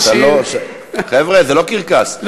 חבר'ה, זה לא קרקס.